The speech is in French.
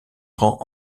rend